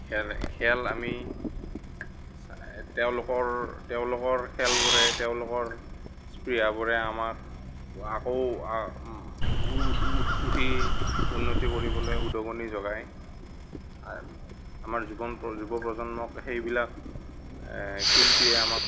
খেল খেল আমি তেওঁলোকৰ তেওঁলোকৰ খেলবোৰে তেওঁলোকৰ স্পৃহাবোৰে আমাক আকৌ উঠি উন্নতি কৰিবলৈ উদগনি যোগায় আমাৰ যুৱন যুৱ প্ৰজন্মক সেইবিলাক শিল্পীয়ে আমাক